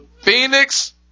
Phoenix